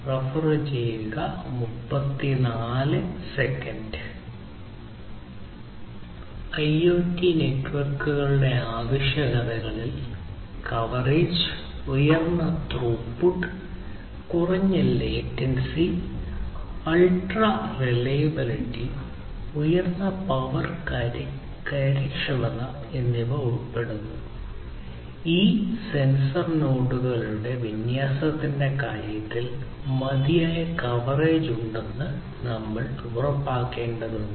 IoT നെറ്റ്വർക്കുകളുടെ ആവശ്യകതകളിൽ coverage ഉയർന്ന ത്രൂപുട്ട് കുറഞ്ഞ ലേറ്റൻസി അൾട്രാ റിലയബിലിറ്റി ഉയർന്ന പവർ കാര്യക്ഷമത ഉണ്ടെന്ന് നമ്മൾ ഉറപ്പാക്കേണ്ടതുണ്ട്